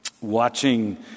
watching